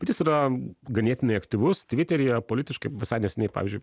kuris yra ganėtinai aktyvus tviteryje politiškai visai neseniai pavyzdžiui